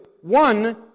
one